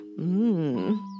Mmm